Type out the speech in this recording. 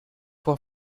for